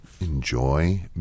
enjoy